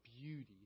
beauty